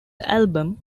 album